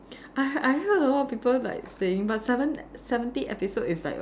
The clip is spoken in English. I I heard all people like saying but seven seventy episode is like